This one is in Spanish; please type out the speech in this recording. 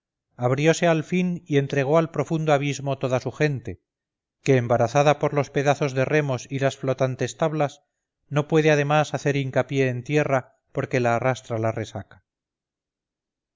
olas abriose al fin y entregó al profundo abismo toda su gente que embarazada por los pedazos de remos y las flotantes tablas no puede además hacer hincapié en tierra porque la arrastra la resaca